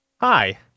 Hi